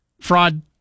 Fraud